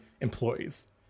employees